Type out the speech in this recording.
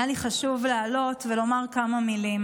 היה לי חשוב לעלות ולומר כמה מילים.